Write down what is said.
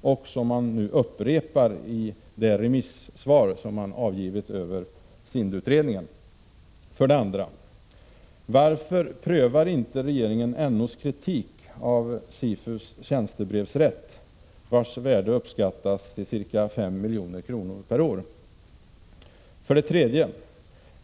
och som nu upprepas i remissvaret avseende SIND-utredningen? 2. Varför prövar inte regeringen NO:s kritik av SIFU:s tjänstebrevsrätt, vars värde uppskattas till 5 milj.kr. per år? 3.